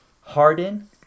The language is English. Harden